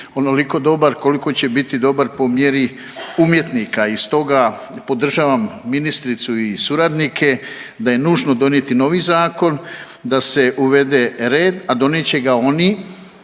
onoliko dobar koliko će biti dobar po mjeri umjetnika i stoga podržavam ministricu i suradnike da je nužno donijeti novi zakon da se uvede red, a donijet će ga oni